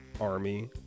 army